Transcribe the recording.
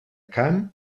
camp